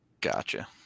Gotcha